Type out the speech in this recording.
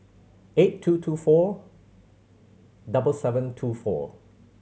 eight two two four double seven two four